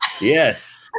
Yes